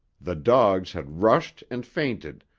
the dogs had rushed and feinted,